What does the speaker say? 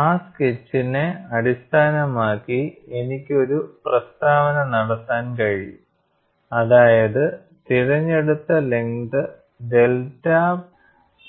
ആ സ്കെച്ചിനെ അടിസ്ഥാനമാക്കിഎനിക്ക് ഒരു പ്രസ്താവന നടത്താൻ കഴിയും അതായത് തിരഞ്ഞെടുത്ത ലെങ്ത് ഡെൽറ്റ